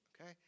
Okay